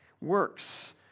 works